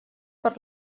per